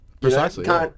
precisely